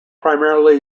primarily